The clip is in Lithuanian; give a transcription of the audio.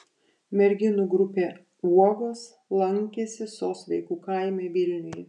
merginų grupė uogos lankėsi sos vaikų kaime vilniuje